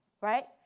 right